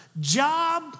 Job